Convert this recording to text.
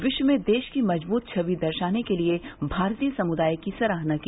विश्व में देश की मजबूत छवि दर्शाने के लिए भारतीय समुदाय की सराहना की